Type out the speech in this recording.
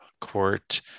court